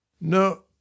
No